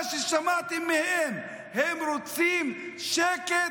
מה ששמעתם מהם, הם רוצים "שקט,